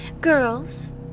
Girls